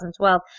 2012